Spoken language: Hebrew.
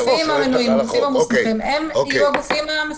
הגופים המנויים יהיו הגופים המפוקחים.